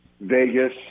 Vegas